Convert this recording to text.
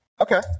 Okay